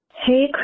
Hey